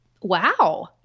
Wow